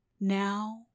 Now